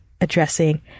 addressing